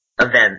events